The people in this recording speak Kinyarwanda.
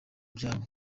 byabo